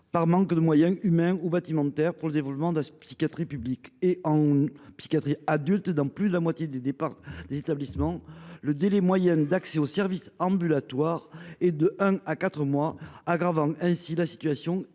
du manque de moyens humains ou bâtimentaires consacrés au développement de la psychiatrie publique. En psychiatrie adulte, dans plus de la moitié des établissements, le délai moyen d’accès aux services ambulatoires est d’un à quatre mois, aggravant ainsi la situation et